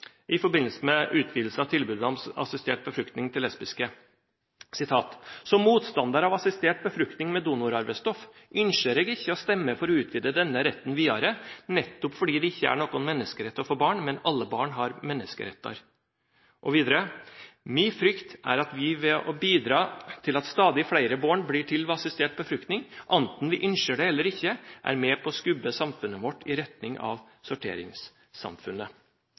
i forbindelse med utvidelse av tilbudet om assistert befruktning til lesbiske: «Som motstandar av assistert befruktning med donorarvestoff ynskjer eg ikkje å stemme for å utvide denne retten vidare, nettopp fordi det ikkje er nokon menneskerett å få barn, men alle barn har menneskerettar.» Og vidare: «Mi frykt er at vi ved å bidra til at stadig fleire born blir til ved assistert befruktning, anten vi ynskjer det eller ikkje, er med på å skubbe samfunnet vårt i retning av sorteringssamfunnet.»